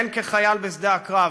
הן כחייל בשדה הקרב